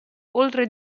oltre